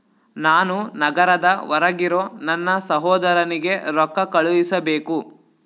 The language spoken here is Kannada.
ನಾನು ನಗರದ ಹೊರಗಿರೋ ನನ್ನ ಸಹೋದರನಿಗೆ ರೊಕ್ಕ ಕಳುಹಿಸಬೇಕು